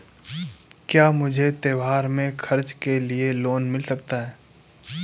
क्या मुझे त्योहार के खर्च के लिए लोन मिल सकता है?